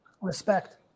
respect